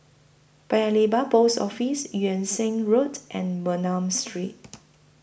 Paya Lebar Post Office Yung Sheng Road and Bernam Street